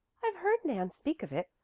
i've heard nan speak of it.